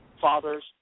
father's